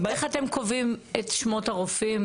איך אתם קובעים את שמות הרופאים,